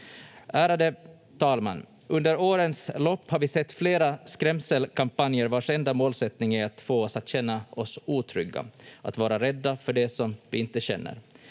Ärade talman! Under årens lopp har vi sett flera skrämselkampanjer vars enda målsättning är att få oss att känna oss otrygga, att vara rädda för det som vi inte känner.